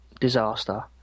disaster